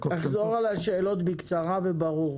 תחזור על השאלות בקצרה וברור.